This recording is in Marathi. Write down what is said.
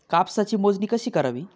कापसाची मोजणी कशी करावी?